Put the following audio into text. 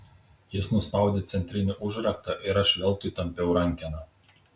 jis nuspaudė centrinį užraktą ir aš veltui tampiau rankeną